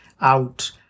out